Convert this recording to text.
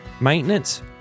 maintenance